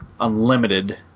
Unlimited